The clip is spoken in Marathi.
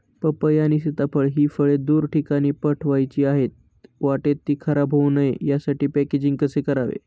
पपई आणि सीताफळ हि फळे दूर ठिकाणी पाठवायची आहेत, वाटेत ति खराब होऊ नये यासाठी पॅकेजिंग कसे करावे?